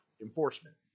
Enforcement